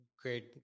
great